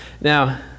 Now